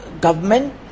government